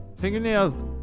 Fingernails